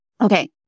Okay